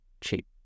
cheap